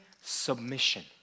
submission